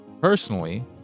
personally